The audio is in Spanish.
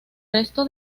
resto